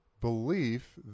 belief